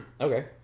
Okay